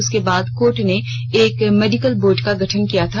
उसके बाद कोर्ट ने एक मेडिकल बोर्ड का गठन किया था